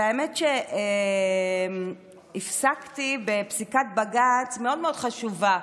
האמת, הפסקתי בפסיקת בג"ץ מאוד מאוד חשובה.